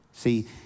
See